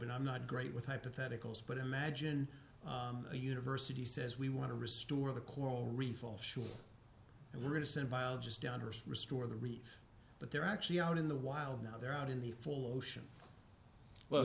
and i'm not great with hypotheticals but imagine a university says we want to restore the coral reef all sure and we're going to send biologists down hers restore the reef but they're actually out in the wild now they're out in the full ocean well